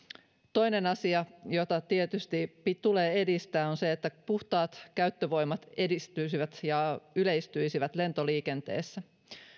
toinen asia jota tietysti tulee edistää on se että puhtaat käyttövoimat edistyisivät ja yleistyisivät lentoliikenteessä